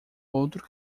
outro